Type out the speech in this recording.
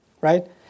right